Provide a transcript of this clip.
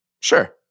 Sure